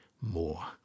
more